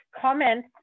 comment